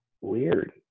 weird